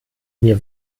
mir